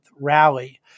rally